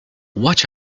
watch